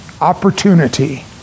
opportunity